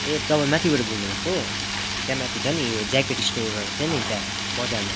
ए तपाईँ माथिबाट बोल्नुभएको त्यहाँमाथि छ नि यो ज्याकेट स्टोरहरू थियो नि त्यहाँ बजारमा